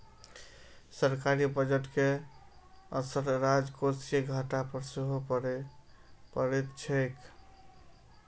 सरकारी बजट के असर राजकोषीय घाटा पर सेहो पड़ैत छैक